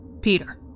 Peter